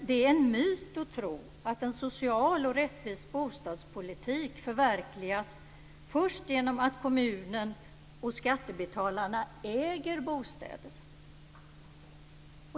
Det är en myt att tro att en social och rättvis bostadspolitik förverkligas först genom att kommunen och skattebetalarna äger bostäder.